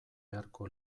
beharko